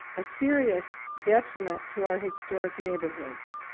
a serious detriment to our historic neighborhoods.